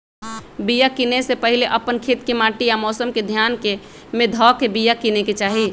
बिया किनेए से पहिले अप्पन खेत के माटि आ मौसम के ध्यान में ध के बिया किनेकेँ चाही